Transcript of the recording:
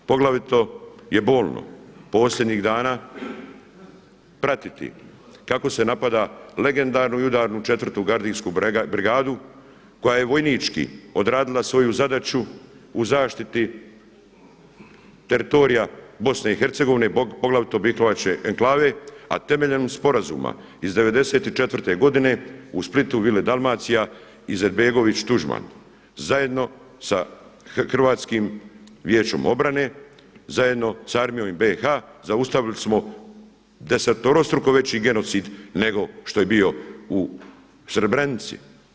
Poglavito je bolno posljednjih dana pratiti kako se napada legendarnu i udarnu 4. gardijsku brigadu koja je vojnički odradila svoju zadaću u zaštiti teritorija Bosne i Hercegovine poglavito Bihaćke enklave, a temeljem sporazuma iz '94. godine u Splitu, vili Dalmacija Izetbegović, Tuđman zajedno sa Hrvatskim vijećem obrane, zajedno sa armijom BiH zaustavili smo deseterostruko veći genocid nego što je bio u Srebrenici.